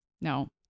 No